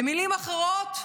במילים אחרות,